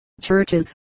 churches